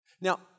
Now